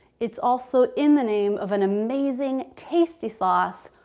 it's also in the name of an amazing tasty sauce.